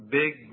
big